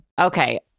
okay